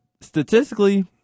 Statistically